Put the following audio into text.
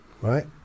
right